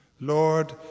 Lord